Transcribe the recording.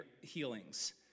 healings